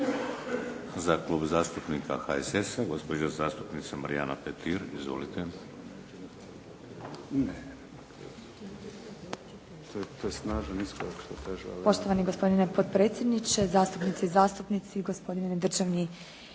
Za Klub zastupnika HSS-a, gospođa zastupnica Marijana Petir. Izvolite. **Petir, Marijana (HSS)** Poštovani gospodine potpredsjedniče, zastupnice i zastupnici, gospodine državni